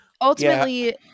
ultimately